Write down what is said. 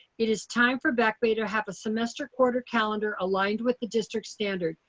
it is time for back bay to have a semester quarter calendar aligned with the district standard.